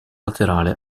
laterale